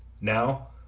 Now